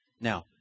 Now